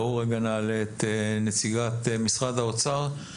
בואו רגע נעלה את נציגת משרד האוצר,